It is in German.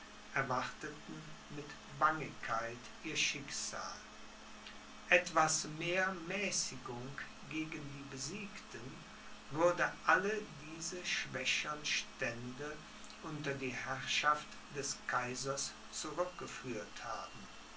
erwarteten mit bangigkeit ihr schicksal etwas mehr mäßigung gegen die besiegten würde alle diese schwächern stände unter die herrschaft des kaisers zurückgeführt haben